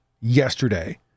yesterday